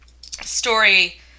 story